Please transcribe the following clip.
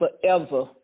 forever